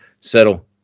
settle